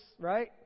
right